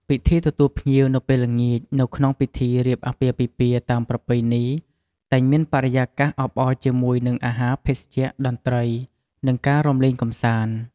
ពិធីទទួលភ្ញៀវនៅពេលល្ងាចនៅក្នុងពិធី រៀបអាពាហ៍ពិពាហ៍តាមប្រពៃណីតែងមានបរិយាកាសអបអរជាមួយ នឹងអាហារភេសជ្ជៈតន្ត្រីនិងការរាំលេងកំសាន្ត។